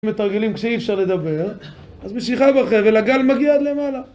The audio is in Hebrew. מתרגלים כשאי אפשר לדבר אז משיכה בחבל, הגל מגיע עד למעלה